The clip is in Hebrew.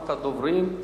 אחרונת הדוברים,